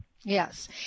Yes